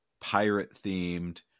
Pirate-themed